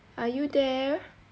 are you there